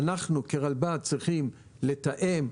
אנחנו כרלב"ד צריכים לתאם,